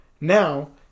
now